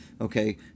okay